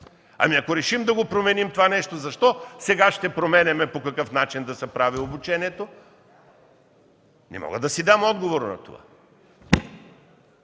Ако решим да променим това нещо, защо сега ще променяме по какъв начин да се прави обучението? Не мога да си дам отговор на този